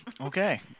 Okay